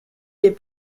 est